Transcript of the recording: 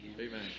Amen